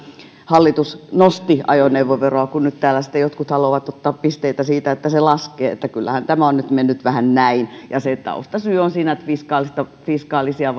hallitus nosti ajoneuvoveroa kun nyt täällä sitten jotkut haluavat ottaa pisteitä siitä että se laskee kyllähän tämä on mennyt nyt vähän näin ja se taustasyy on siinä että fiskaalisia fiskaalisia